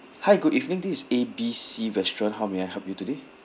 hi good evening this is A B C restaurant how may I help you today